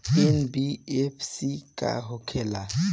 NBFC का होंखे ला?